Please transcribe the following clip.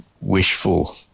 wishful